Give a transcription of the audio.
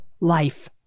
life